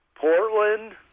Portland